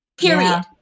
Period